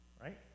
Right